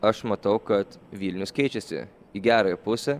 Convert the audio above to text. aš matau kad vilnius keičiasi į gerąją pusę